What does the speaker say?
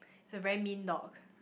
a very mean dog